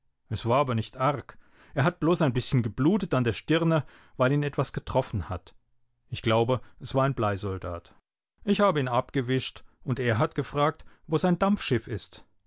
es war aber nicht arg er hat bloß ein bißchen geblutet an der stirne weil ihn etwas getroffen hat ich glaube es war ein bleisoldat ich habe ihn abgewischt und er hat gefragt wo sein dampfschiff ist